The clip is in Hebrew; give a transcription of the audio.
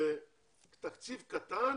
זה תקציב קטן